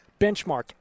Benchmark